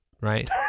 right